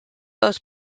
both